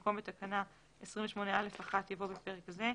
במקום "בתקנה 28(א)(1)" יבוא "בפרק זה".